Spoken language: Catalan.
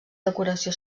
decoració